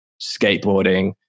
skateboarding